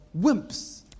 wimps